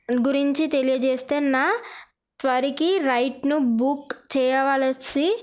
గురించి తెలియజేస్తే నా తరువాత రైడ్ను బుక్ చేయవలసి